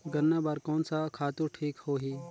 गन्ना बार कोन सा खातु ठीक होही?